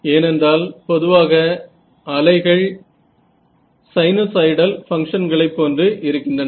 ஏனென்றால் பொதுவாக அலைகள் சைனுசாய்டல் பங்ஷன்களை போன்று இருக்கின்றன